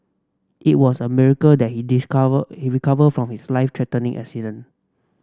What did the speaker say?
it was a miracle that he discover he recover from his life threatening accident